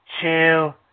two